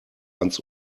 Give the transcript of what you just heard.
ans